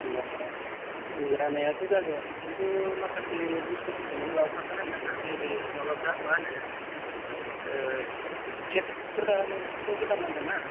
जानायाथ' जागोन खिन्थु माखासे बुसथुफोरखौ नोङो लाबोफाखानांगोनना नैबे माबाफ्रा मा होनो थेब फ्रानोथ' गोदान नांगोन ना